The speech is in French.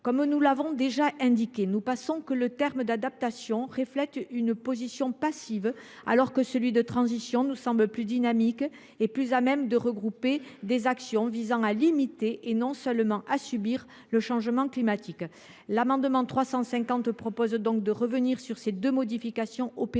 Comme nous l’avons déjà indiqué, le terme d’adaptation reflète une position passive alors que celui de transition nous semble plus dynamique, et plus à même de regrouper des actions visant à limiter, et non seulement à subir, le changement climatique. L’amendement n° 350 rectifié tend donc à revenir sur ces deux modifications opérées